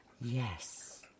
yes